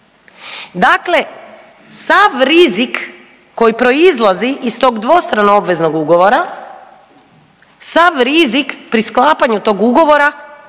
Dakle, sav rizik koji proizlazi iz tog dvostrano obveznog ugovora, sav rizik pri sklapanju tog ugovora